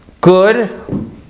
Good